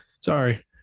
sorry